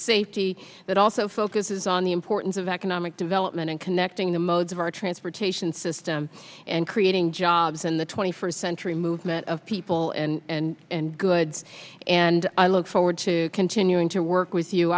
safety but also focuses on the importance of economic development and connecting the modes of our transportation system and creating jobs in the twenty first century movement of people and goods and i look forward to continuing to work with you